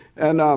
and